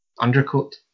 undercoat